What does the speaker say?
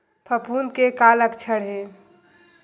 फफूंद के का लक्षण हे?